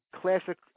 Classic